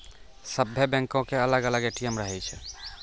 सभ्भे बैंको के अलग अलग ए.टी.एम रहै छै